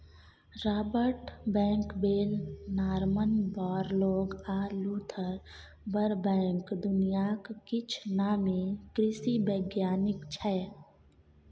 Robert Bakewell, Norman Borlaug आ Luther Burbank दुनियाक किछ नामी कृषि बैज्ञानिक छै